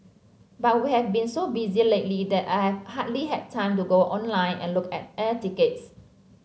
but we have been so busy lately that I've hardly had time to go online and look at air tickets